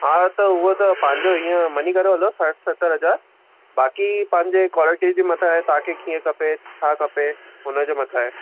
हा त उहो त पंहिंजो ईअं मञी करे हलो सठि सतरि हज़ार बाक़ी पंहिंजे क्वालिटी जी मथां आहे त तव्हांखे कीअं खपे छा खपे हुनजे मथां आहे